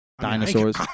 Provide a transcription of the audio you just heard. Dinosaurs